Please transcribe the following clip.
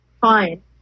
fine